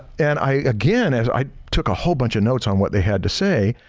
and i again, and i took a whole bunch of notes on what they had to say,